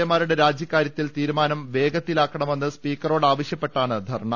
എമാരുടെ രാജിക്കാര്യത്തിൽ തീരു മാനം വേഗത്തിലാക്കണമെന്ന് സ്പീക്കറോടാവശ്യപ്പെട്ടാണ് ധർണ്ണ